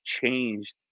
changed